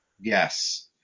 Yes